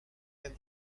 and